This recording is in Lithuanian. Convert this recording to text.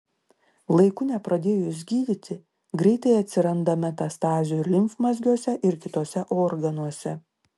laiku nepradėjus gydyti greitai atsiranda metastazių limfmazgiuose ir kituose organuose